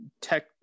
tech